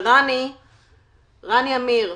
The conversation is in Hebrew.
רני עמיר,